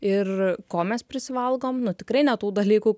ir ko mes prisivalgom nu tikrai ne tų dalykų